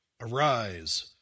arise